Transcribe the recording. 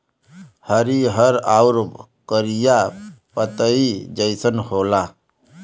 हरिहर आउर करिया परत जइसन होला